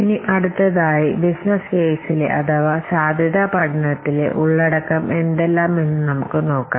ഇനി അടുത്തതായി ബിസിനസ്സ് കേസിലെ അഥവാ സാദ്ധ്യത പഠനത്തിലെ ഉള്ളടക്കം എന്തെല്ലാം എന്നു നമുക്കു നോക്കാം